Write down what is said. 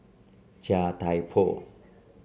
Chia Thye Poh